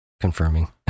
confirming